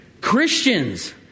Christians